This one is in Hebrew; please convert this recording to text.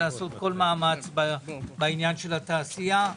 לעשות כל מאמץ בעניין של התעשייה.